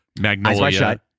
Magnolia